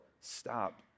stop